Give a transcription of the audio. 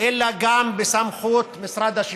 אלא גם בסמכות משרד השיכון,